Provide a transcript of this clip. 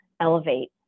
elevate